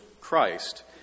Christ